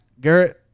Garrett